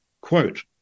Quote